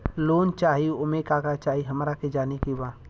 Loan चाही उमे का का चाही हमरा के जाने के बा?